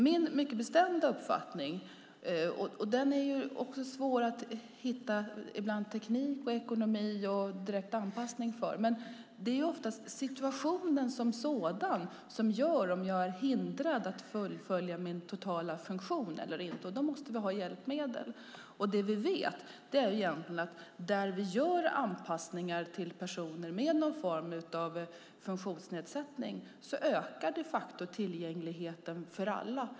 Min mycket bestämda uppfattning - den är det ibland svårt att hitta teknik, ekonomi och direkt anpassning för - är att det oftast är situationen som sådan som gör att man blir hindrad att fullfölja sin totala funktion. Då måste det finnas hjälpmedel. Det vi vet är att där vi gör anpassningar till personer med någon form av funktionsnedsättning ökar de facto tillgängligheten för alla.